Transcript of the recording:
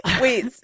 Wait